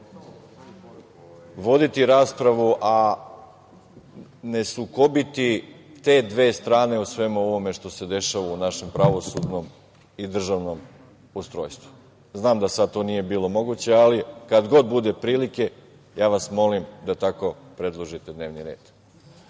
voditi raspravu, a ne sukobiti te dve strane o svemu ovome što se dešava u našem pravosudnom i državnom ustrojstvu. Znam da sada to nije bilo moguće, ali kada god bude prilike, molim vas da tako predložite dnevni red.